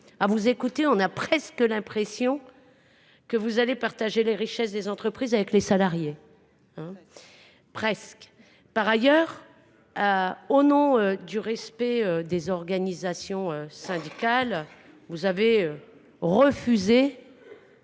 vous écouter, nous avons presque l’impression que vous partagez les richesses des entreprises avec les salariés… Presque ! Par ailleurs, au nom du respect des organisations syndicales, vous avez refusé